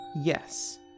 yes